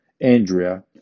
Andrea